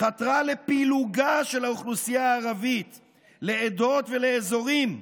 חתרה לפילוגה של האוכלוסייה הערבית לעדות ולאזורים.